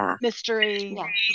mystery